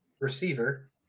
receiver